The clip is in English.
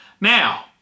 Now